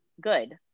good